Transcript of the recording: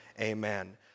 amen